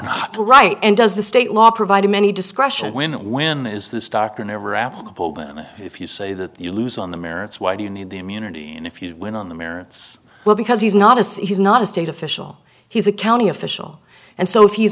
a right and does the state law provided many discretion when when is this doctrine ever applicable if you say that you lose on the merits why do you need the immunity and if you win on the merits well because he's not as he's not a state official he's a county official and so if he's